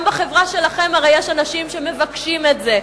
הרי גם בחברה שלכם יש אנשים שמבקשים את זה.